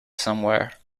somewhere